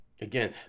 Again